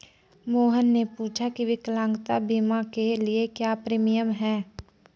मोहन ने पूछा की विकलांगता बीमा के लिए क्या प्रीमियम है?